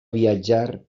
viatjar